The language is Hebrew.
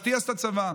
אשתי עשתה צבא,